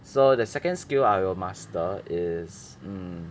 so the second skill I will master is mm